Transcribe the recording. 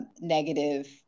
negative